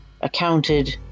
accounted